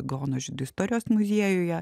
gaono žydų istorijos muziejuje